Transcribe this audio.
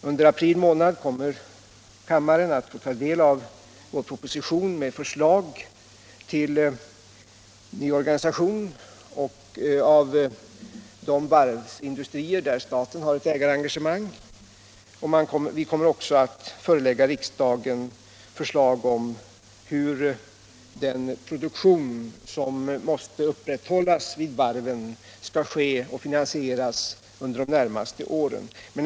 Under april månad kommer kammaren att få ta del av en proposition med förslag till ny organisation av de varvsindustrier där staten har ett ägarengagemang. Vi kommer också att förelägga riksdagen förslag om hur den produktion som måste upprätthållas vid varven skall ske och finansieras under de närmaste åren.